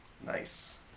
Nice